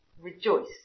Rejoice